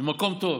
ממקום טוב: